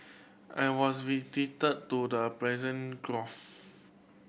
I was visited to the Gulf